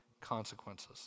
consequences